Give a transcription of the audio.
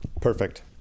perfect